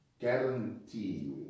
guarantee